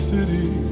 City